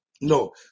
No